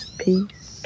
peace